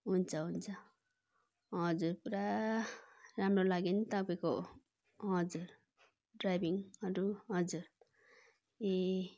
हुन्छ हुन्छ हजुर पुरा राम्रो लाग्यो नि तपाईँको हजुर ड्राइभिङहरू हजुर ए